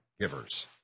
givers